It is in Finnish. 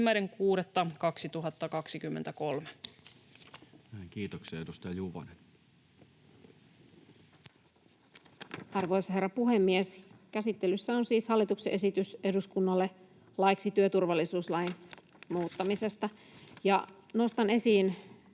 1.6.2023. Kiitoksia. — Edustaja Juvonen. Arvoisa herra puhemies! Käsittelyssä on siis hallituksen esitys eduskunnalle laiksi työturvallisuuslain muuttamisesta, ja nostan esiin